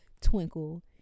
twinkle